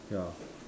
ya